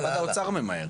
רק האוצר ממהר.